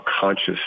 conscious